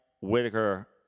Whitaker